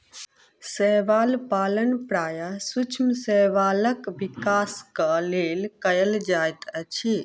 शैवाल पालन प्रायः सूक्ष्म शैवालक विकासक लेल कयल जाइत अछि